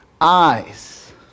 eyes